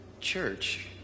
church